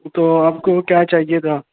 تو آپ کو کیا چاہیے تھا